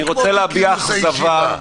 אני רוצה להביע אכזבה.